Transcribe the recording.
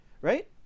right